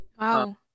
Wow